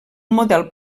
model